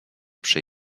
przy